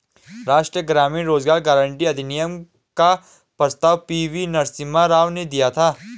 राष्ट्रीय ग्रामीण रोजगार गारंटी अधिनियम का प्रस्ताव पी.वी नरसिम्हा राव ने दिया था